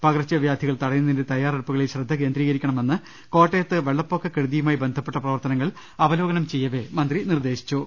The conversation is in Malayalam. പകർച്ച വ്യാധികൾ തടയുന്നതിന്റെ തയാറെടുപ്പുകളിൽ ശ്രദ്ധ കേന്ദ്രീകരിക്ക ണമെന്ന് കോട്ടയത്ത് വെള്ളപ്പൊക്കക്കെടുതിയുമായി ബന്ധപ്പെട്ട പ്രവർത്തനങ്ങൾ അവലോകനം ചെയ്യവെ മന്ത്രി നിർദേശിച്ചു